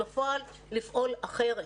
בפועל לפעול אחרת.